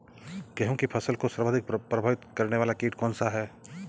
गेहूँ की फसल को सर्वाधिक प्रभावित करने वाला कीट कौनसा है?